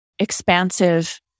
expansive